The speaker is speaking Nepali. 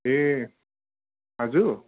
ए आज